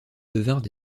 devinrent